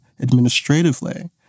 administratively